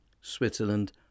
Switzerland